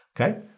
okay